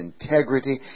integrity